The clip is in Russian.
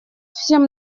всем